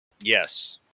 Yes